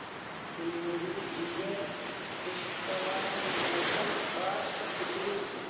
मेरी geyser installation cost कितनी थी